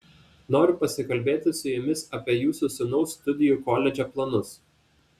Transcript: noriu pasikalbėti su jumis apie jūsų sūnaus studijų koledže planus